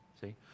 see